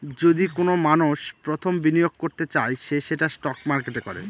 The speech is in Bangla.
যদি কোনো মানষ প্রথম বিনিয়োগ করতে চায় সে সেটা স্টক মার্কেটে করে